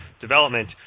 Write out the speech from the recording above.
Development